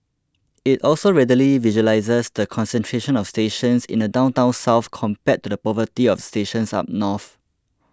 it also readily visualises the concentration of stations in the downtown south compared to the poverty of stations up north